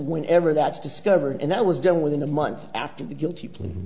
when ever that's discovered and that was done within a month after the guilty p